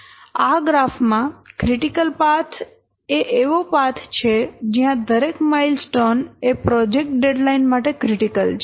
આ ગ્રાફ માં critical path એ એવો પાથ છે જયાં દરેક માઈલસ્ટોન એ પ્રોજેક્ટ ડેડલાઈન માટે ક્રિટીકલ છે